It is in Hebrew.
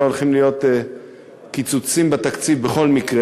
הולכים להיות קיצוצים בתקציב בכל מקרה,